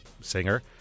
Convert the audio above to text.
singer